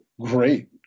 great